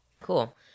Cool